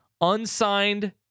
unsigned